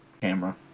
camera